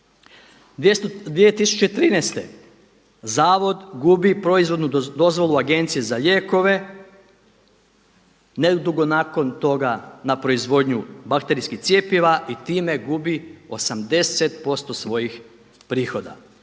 2013. zavod gubi proizvodnu dozvolu Agencije za lijekove, nedugo nakon toga na proizvodnju bakterijskih cjepiva i time gubi 80% svojih prihoda.